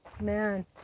man